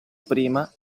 prima